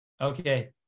Okay